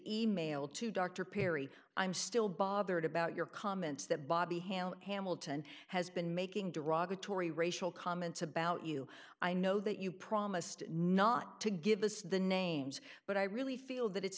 e mail to dr perry i'm still bothered about your comments that bobby ham hamilton has been making derogatory racial comments about you i know that you promised not to give us the names but i really feel that it's